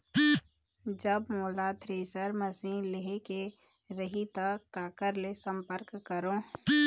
जब मोला thresher machine लेहेक रही ता काकर ले संपर्क करों?